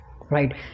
right